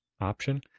option